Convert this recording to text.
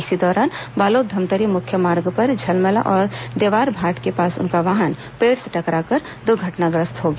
इसी दौरान बालोद धमतरी मुख्य मार्ग पर झलमला और देवारभाट के पास उनका वाहन पेड़ से टकरा कर दुर्घटनाग्रस्त हो गया